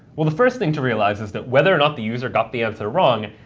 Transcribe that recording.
well, the first thing to realize is that whether or not the user got the answer wrong,